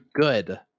good